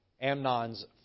Amnon's